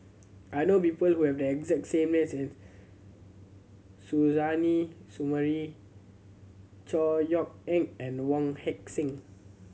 I know people who have the exact same name Suzairhe Sumari Chor Yeok Eng and Wong Heck Sing